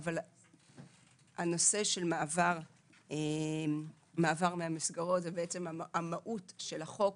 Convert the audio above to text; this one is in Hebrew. הנושא של מעבר מהמסגרות זה מהות החוק,